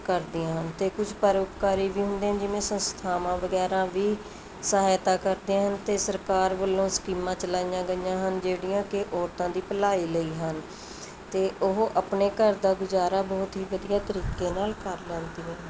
ਕਰਦੀਆਂ ਹਨ ਅਤੇ ਕੁਛ ਪਰਉਪਕਾਰੀ ਵੀ ਹੁੰਦੇ ਹਨ ਜਿਵੇਂ ਸੰਸਥਾਵਾਂ ਵਗੈਰਾ ਵੀ ਸਹਾਇਤਾ ਕਰਦੇ ਹਨ ਅਤੇ ਸਰਕਾਰ ਵੱਲੋਂ ਸਕੀਮਾਂ ਚਲਾਈਆਂ ਗਈਆਂ ਹਨ ਜਿਹੜੀਆਂ ਕਿ ਔਰਤਾਂ ਦੀ ਭਲਾਈ ਲਈ ਹਨ ਅਤੇ ਉਹ ਆਪਣੇ ਘਰ ਦਾ ਗੁਜ਼ਾਰਾ ਬਹੁਤ ਹੀ ਵਧੀਆ ਤਰੀਕੇ ਨਾਲ ਕਰ ਲੈਦੀਆਂ